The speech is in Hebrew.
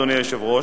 אדוני היושב-ראש,